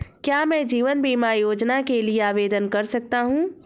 क्या मैं जीवन बीमा योजना के लिए आवेदन कर सकता हूँ?